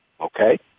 okay